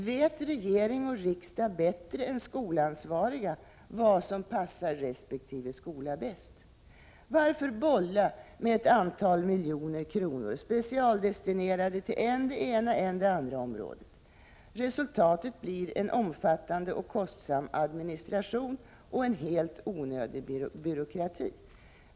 Vet regering och riksdag bättre än skolansvariga vad som passar resp. skola bäst? Varför bolla med ett antal miljoner kronor, specialdestinerade till än det ena än det andra området? Resultatet blir en omfattande och kostsam administration och en helt onödig byråkrati.